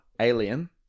Alien